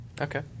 Okay